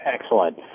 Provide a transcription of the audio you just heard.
Excellent